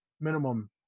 minimum